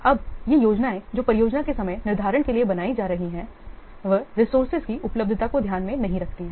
अब ये योजनाएं जो परियोजना के समय निर्धारण के लिए बनाई जा रही हैं वे रिसोर्सेज की उपलब्धता को ध्यान में नहीं रखती हैं